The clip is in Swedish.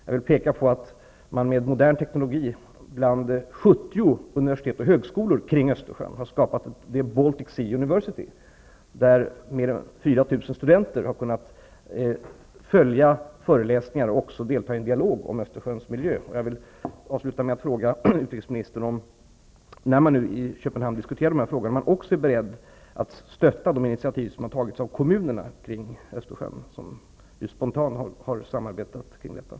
Jag vill peka på att man med modern teknologi på 70 universitet och högskolor kring Östersjön har skapat the Baltic Sea University. Mer än 4 000 studenter har kunnat följa föreläsningar och delta i en dialog om Östersjöns miljö. Jag vill avsluta med att ställa en fråga till utrikesministern. När man nu diskuterar dessa frågor i Köpenhamn, är man också beredd att stötta de initiativ som har tagits av kommunerna kring Östersjön? De har ju samarbetat spontant.